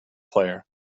player